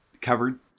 covered